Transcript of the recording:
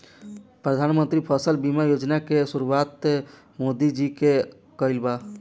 प्रधानमंत्री फसल बीमा योजना के शुरुआत मोदी जी के कईल ह